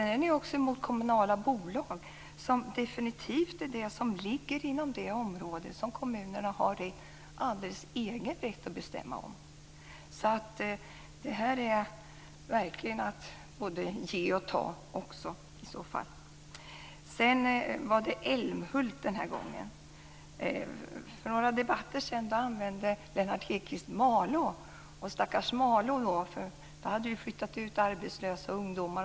Ni är också emot kommunala bolag, som definitivt ligger inom det område som kommunerna har sin alldeles egna rätt att bestämma om. Det här är verkligen att både ge och ta. Den här gången var det Älmhult. Vid en tidigare debatt använde Lennart Hedquist Malå som exempel. Från stackars Malå hade flyttat ut arbetslösa ungdomar.